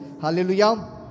Hallelujah